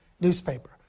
newspaper